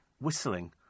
whistling